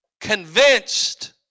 convinced